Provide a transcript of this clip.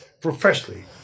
professionally